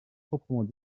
proprement